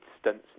stunts